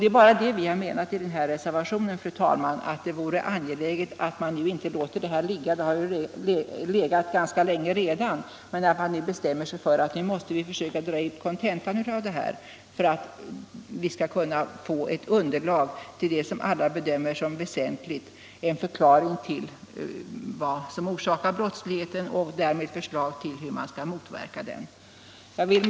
Det enda vi avsett med reservationen är att påpeka att det är angeläget att man inte låter detta material ligga — det har redan legat ganska länge — utan nu bestämmer sig för att dra ut kontentan av materialet för att därmed få ett underlag för arbetet på att försöka finna en förklaring till vad det är som orsakar brottsligheten och därmed kunskap om hur man skall motverka den. Fru talman!